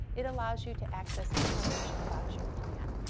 it allows you to access information about your plan.